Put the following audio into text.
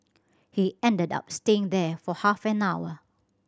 he ended up staying there for half an hour